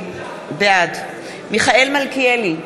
בעד מיכאל מלכיאלי,